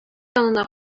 янына